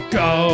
go